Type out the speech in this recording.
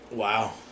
Wow